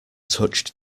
touched